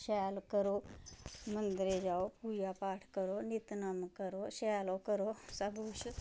शैल करो मंदरे च जाओ पूजा पाठ करो नित्त नमा करो शैल ओह् करो सब कुछ